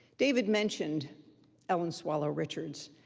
david mentioned ellen swallow-richards,